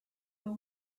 the